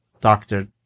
doctor